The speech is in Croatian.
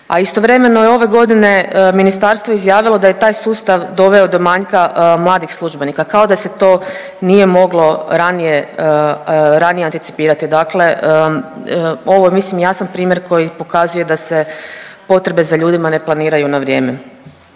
a istovremeno je ove godine ministarstvo izjavilo da je taj sustav doveo do manjka mladih službenika, kao da se to nije moglo ranije, ranije anticipirati, dakle ovo je mislim jasan primjer koji pokazuje da se potrebe za ljudima ne planiraju na vrijeme.